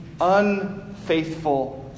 unfaithful